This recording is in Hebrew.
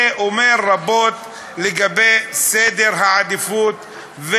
זה אומר רבות על סדר העדיפות,